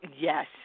Yes